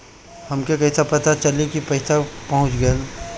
हमके कईसे पता चली कि पैसा पहुच गेल?